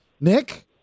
Nick